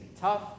tough